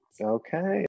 Okay